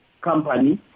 Company